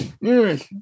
Yes